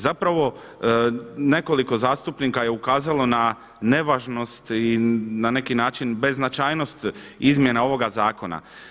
Zapravo nekoliko zastupnika je ukazalo na nevažnost i na neki način bez značajnost izmjena ovoga zakona.